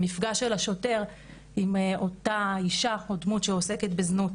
המפגש של השוטר עם אותה אישה או דמות שעוסקת בזנות.